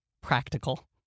practical